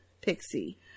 Pixie